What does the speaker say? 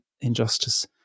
injustice